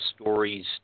stories